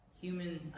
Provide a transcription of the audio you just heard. human